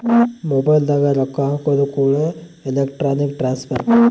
mobile ದಾಗ ರೊಕ್ಕ ಹಾಕೋದು ಕೂಡ ಎಲೆಕ್ಟ್ರಾನಿಕ್ ಟ್ರಾನ್ಸ್ಫರ್